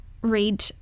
read